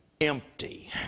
empty